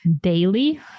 daily